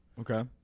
Okay